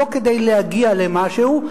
לא כדי להגיע למשהו,